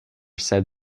said